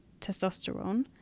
testosterone